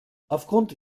aufgrund